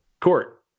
Court